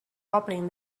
opening